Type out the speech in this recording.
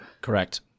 Correct